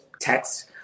text